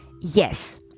yes